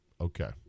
okay